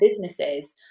businesses